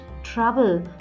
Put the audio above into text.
trouble